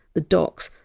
the docks,